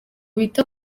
bita